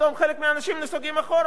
פתאום חלק מהאנשים נסוגים אחורה,